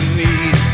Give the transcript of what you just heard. need